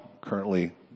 currently